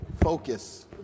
Focus